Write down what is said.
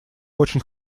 очень